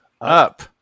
up